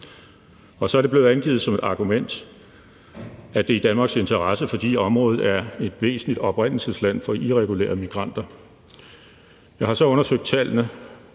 Så er det blevet angivet som et argument, at det er i Danmarks interesse, fordi området er et væsentligt oprindelsesland for irregulære migranter. Jeg har så undersøgt tallene.